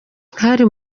hari